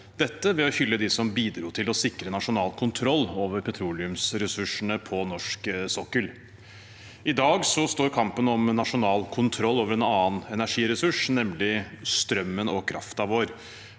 dette, ved å hylle dem som bidro til å sikre nasjonal kontroll over petroleumsressursene på norsk sokkel. I dag står kampen om nasjonal kontroll over en annen energiressurs, nemlig strømmen og kraften vår.